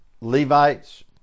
levites